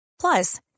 Plus